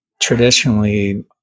traditionally